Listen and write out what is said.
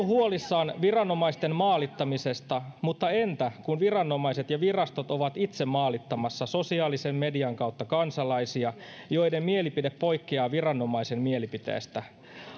huolissaan viranomaisten maalittamisesta mutta entä kun viranomaiset ja virastot ovat itse maalittamassa sosiaalisen median kautta kansalaisia joiden mielipide poikkeaa viranomaisen mielipiteestä